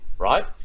right